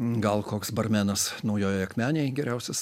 gal koks barmenas naujojoje akmenėj geriausias